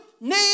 need